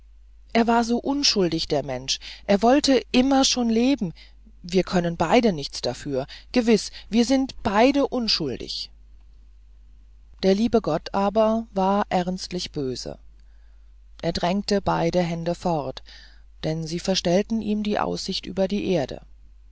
er war so ungeduldig der mensch er wollte immer schon leben wir können beide nichts dafür gewiß wir sind beide unschuldig der liebe gott aber war ernstlich böse er drängte beide hände fort denn sie verstellten ihm die aussicht über die erde